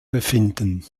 befinden